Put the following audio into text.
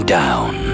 down